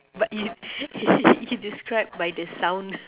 but you you describe by the sound